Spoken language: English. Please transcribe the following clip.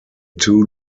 two